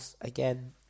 Again